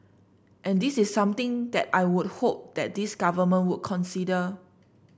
and this is something that I would hope that this Government would consider